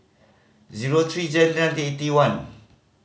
zero three Jan nine eighty one